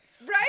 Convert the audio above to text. Right